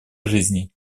жизней